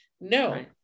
No